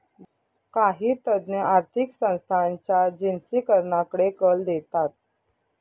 काही तज्ञ आर्थिक संस्थांच्या जिनसीकरणाकडे कल देतात